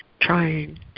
trying